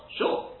sure